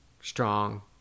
strong